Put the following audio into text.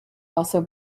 also